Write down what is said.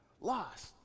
lost